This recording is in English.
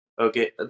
Okay